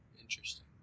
Interesting